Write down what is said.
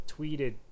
tweeted